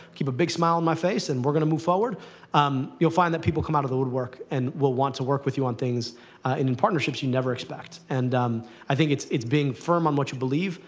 keep a big smile on my face, and we're going to move forward um you'll find that people come out of the woodwork and will want to work with you on things, and in partnerships you would never expect. and um i think it's it's being firm on what you believe,